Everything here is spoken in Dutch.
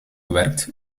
gewerkt